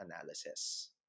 analysis